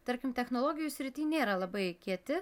tarkim technologijų srity nėra labai kieti